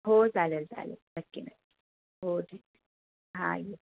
हो चालेल चालेल नक्की नक्की हो ठीक आहे हा ये